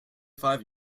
five